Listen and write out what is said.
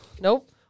nope